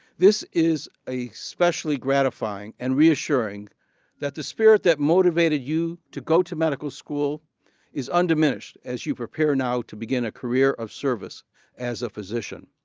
this is especially gratifying and reassuring that the spirit that motivated you to go to medical school is undiminished as you prepare now to begin a career of service as a physician.